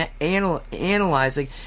analyzing